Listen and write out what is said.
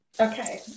Okay